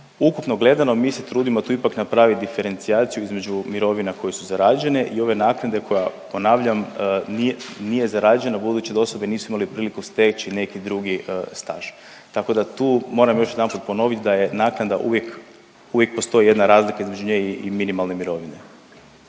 Ukupno gledano mi se trudimo tu ipak napraviti diferencijaciju između mirovina koje su zarađene i ove naknade koja ponavljam nije zarađena, budući da osobe nisu imale priliku steći neki drugi staž tako ta tu moram još jedanput ponoviti da je naknada uvijek postoji jedna razlika između nje i minimalne mirovine.